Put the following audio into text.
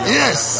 yes